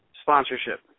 sponsorship